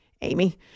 Amy